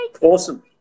Awesome